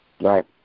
Right